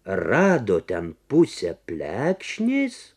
rado ten pusę plekšnės